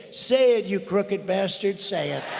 say it, you crooked bastard. say it.